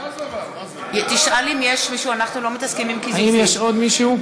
האם יש עוד מישהו?